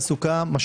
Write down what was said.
תעסוקה,